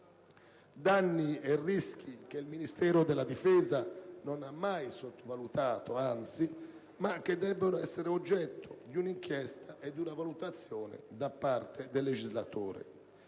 danni e rischi che il Ministero della difesa non ha mai sottovalutato, anzi, ma che debbono essere oggetto di un'inchiesta e di una valutazione da parte del legislatore.